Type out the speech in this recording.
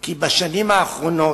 כי בשנים האחרונות,